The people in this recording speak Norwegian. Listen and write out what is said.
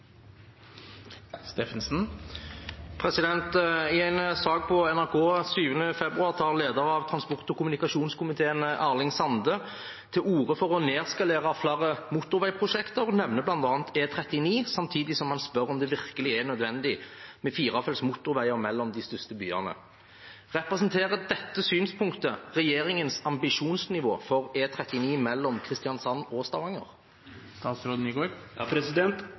orde for å nedskalere flere motorveiprosjekter, og nevner blant annet E39 samtidig som han spør om det virkelig er nødvendig med firefelts motorveier mellom de største byene. Representerer dette synspunktet regjeringens ambisjonsnivå for E39 mellom Kristiansand og